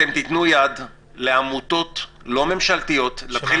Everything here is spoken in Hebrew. אתם תתנו יד לעמותות לא ממשלתיות להתחיל